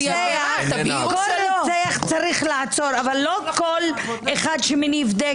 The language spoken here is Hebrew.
כל רוצח צריך לעצור אבל לא כל אחד שמניף דגל עובר על החוק.